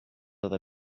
other